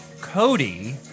Cody